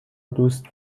دوست